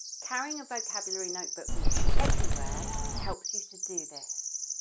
carrying a vocabulary notebook with you everywhere helps you to do this.